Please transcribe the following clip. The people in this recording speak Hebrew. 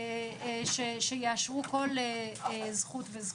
שיאשרו כל זכות וזכות.